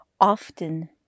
often